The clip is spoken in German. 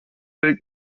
und